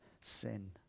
sin